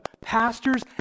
pastors